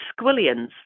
squillions